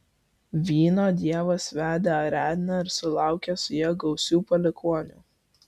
vyno dievas vedė ariadnę ir sulaukė su ja gausių palikuonių